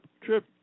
trip